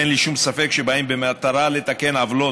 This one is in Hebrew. אין לי שום ספק שבאים במטרה לתקן עוולות,